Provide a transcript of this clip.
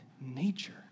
nature